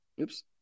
Oops